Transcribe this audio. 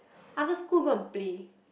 after school go and play